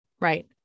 right